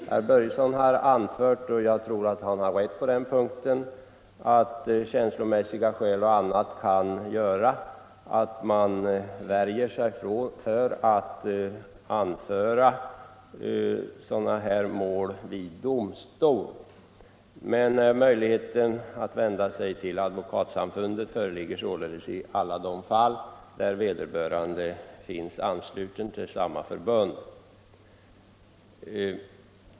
Herr Börjesson i Falköping har anfört, och jag tror att han har rätt på den punkten, att känslomässiga skäl och annat kan göra att man drar sig för att låta sådana här mål gå till domstol. Men möjligheten 47 att vända sig till Advokatsamfundet föreligger således i alla de fall där vederbörande advokat är ansluten till samfundet.